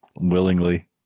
willingly